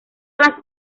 las